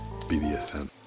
BDSM